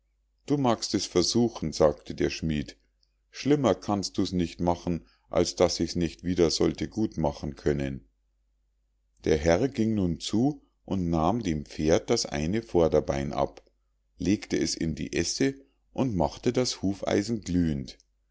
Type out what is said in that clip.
du magst es versuchen sagte der schmied schlimmer kannst du's nicht machen als daß ich's nicht wieder sollte gut machen können der herr ging nun zu und nahm dem pferd das eine vorderbein ab legte es in die esse und machte das hufeisen glühend